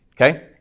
Okay